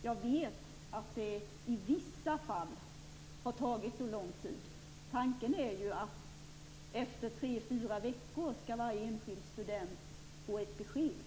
Jag vet att det i vissa fall har tagit så lång tid. Tanke är att varje enskild student skall få ett besked efter tre fyra veckor.